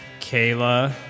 Kayla